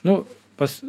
nu pas